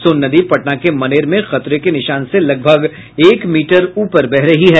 सोन नदी पटना के मनेर में खतरे के निशान से लगभग एक मीटर ऊपर बह रही है